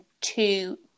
two